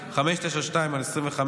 פ/592/25,